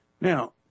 Now